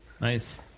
Nice